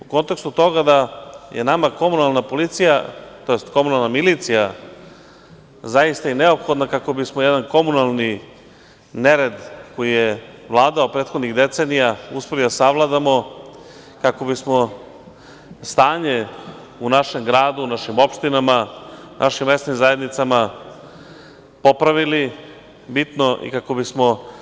U kontekstu toga da je nama komunalna policija tj. komunalna milicija zaista neophodna kako bismo jedan komunalni nered, koji je vladao prethodnih decenija, uspeli da savladamo, kako bismo stanje u našem gradu, našim opštinama, našim mesnim zajednicama popravili bitno i kako bismo…